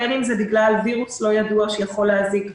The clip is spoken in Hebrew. בין בגלל וירוס לא ידוע שיכול להזיק,